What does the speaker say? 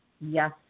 yes